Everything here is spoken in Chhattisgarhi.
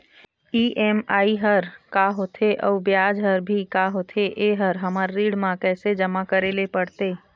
ई.एम.आई हर का होथे अऊ ब्याज हर भी का होथे ये हर हमर ऋण मा कैसे जमा करे ले पड़ते?